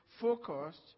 focused